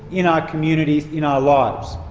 in our communities, in our lives.